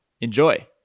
Enjoy